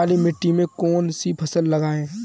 काली मिट्टी में कौन सी फसल लगाएँ?